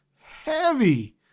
heavy